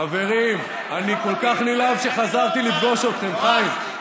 חברים, אני כל כך נלהב שחזרתי לפגוש אתכם, חיים.